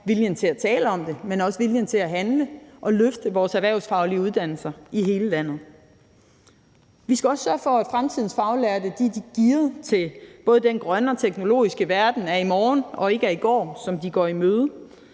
viljen til at tale om det, men også viljen til at handle og løfte vores erhvervsfaglige uddannelser i hele landet. Vi skal også sørge for, at fremtidens faglærte er gearet til både den grønne og teknologiske verden af i morgen og ikke af i går, som de går i møde,